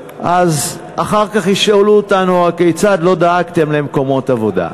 אחר כך ישאלו אותנו: הכיצד לא דאגתם למקומות עבודה?